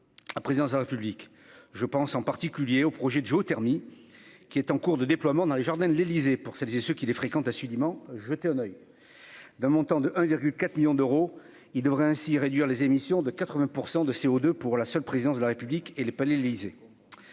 la présidence de la République, je pense en particulier au projet de géothermie qui est en cours de déploiement dans les jardins de l'Élysée pour celles et ceux qui les fréquente assidûment jeter un oeil, d'un montant de 1 virgule 4 millions d'euros, il devrait ainsi réduire les émissions de 80 pour 100 de CO2 pour la seule présidence de la République et les pas Élysée